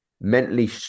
mentally